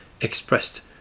expressed